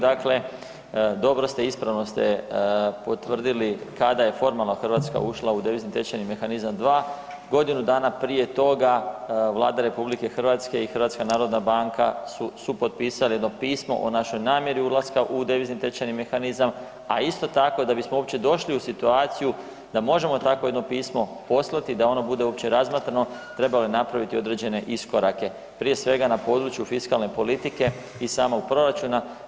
Dakle, dobro ste i ispravno ste potvrdili kada je formalno Hrvatska ušla u devizni tečajni mehanizam 2. Godinu dana prije toga Vlada RH i HNB su supotpisali jedno pismo o našoj namjeri ulaska u devizni tečajni mehanizam, a isto tako da bismo uopće došli u situaciju da možemo takvo jedno pismo poslati da ono bude uopće razmatrano, trebalo je napraviti i određene iskorake, prije svega na području fiskalne politike i samog proračuna.